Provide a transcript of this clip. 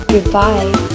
Goodbye